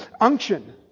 Unction